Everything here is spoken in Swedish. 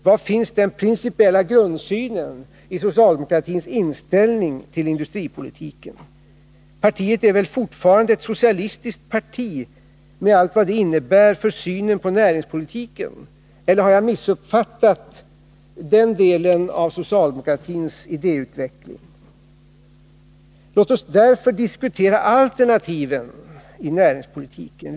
Var finns den principiella grundsynen i socialdemokratins inställning till industripolitiken? Partiet är väl fortfarande ett socialistiskt parti, med allt vad det innebär för synen på näringspolitiken? Eller har jag missuppfattat den delen av socialdemokratins idéutveckling? Låt oss därför diskutera alternativen i näringspolitiken.